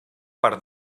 part